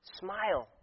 smile